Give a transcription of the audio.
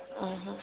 ଓ ହଁ